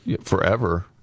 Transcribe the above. Forever